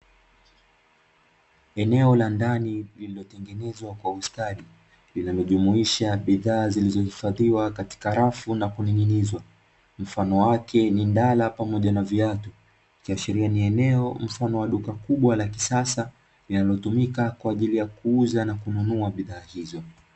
Eneo la ndani lililo tengenezwa kwa ustadi linalo jumuisha bidhaa zilizo hifadhiwa katika lafu na kuning'inizwa. Mfano wake ni ndara pamoja na viatu ikiashiria ni eneo mfano wa duka kubwa la kisasa linalo tumika kwa ajili ya kuuza na kununua bidhaa hizo.